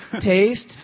taste